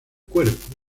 cuerpo